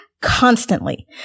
constantly